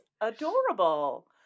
adorable